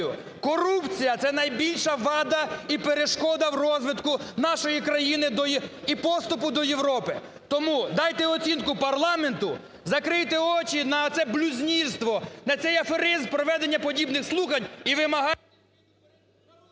Корупція – це найбільша вада і перешкода в розвитку нашої країни і поступу до Європи. Тому дайте оцінку парламенту, закрийте очі на оце блюзнірство, на цей аферизм проведення подібних слухань і вимагайте…